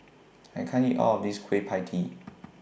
I can't eat All of This Kueh PIE Tee